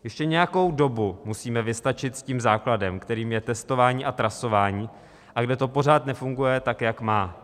Ještě nějakou dobu musíme vystačit s tím základem, kterým je testování a trasování, a kde to pořád nefunguje tak, jak má.